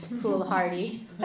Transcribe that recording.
foolhardy